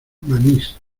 manís